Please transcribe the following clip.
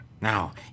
Now